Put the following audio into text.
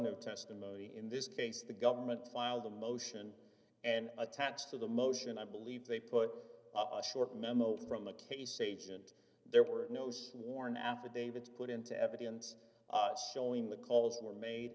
no testimony in this case the government filed a motion and attached to the motion i believe they put up a short memo from a case agent there were no sworn affidavits put into evidence showing the calls were made